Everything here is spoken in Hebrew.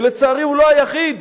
לצערי הוא לא היה היחיד.